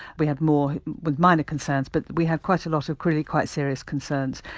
we had more with minor concerns but we had quite a lot of really quite serious concerns.